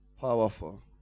Powerful